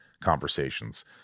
conversations